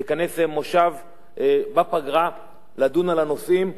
לכנס מושב בפגרה לדון על הנושאים.